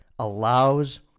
allows